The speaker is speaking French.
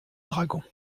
dragons